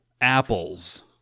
Apples